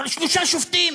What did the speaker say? אבל שלושה שופטים?